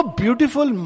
beautiful